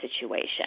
situation